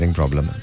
problem